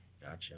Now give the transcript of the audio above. Gotcha